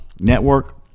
Network